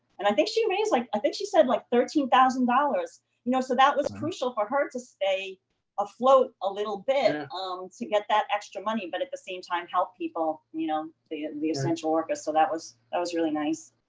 and i think she raised like i think she said like thirteen thousand dollars. you know, so that was crucial for her to stay afloat a little um to get that extra money but at the same time help people, you know, the the essential workers so that was that was really nice.